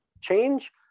change